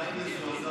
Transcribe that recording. עדיין מזועזע.